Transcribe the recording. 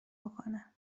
بکنه